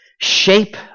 shape